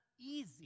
easy